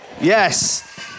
Yes